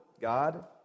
God